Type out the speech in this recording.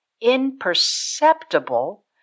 imperceptible